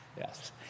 Yes